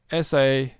sa